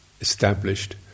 established